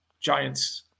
Giants